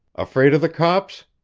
afraid of the cops?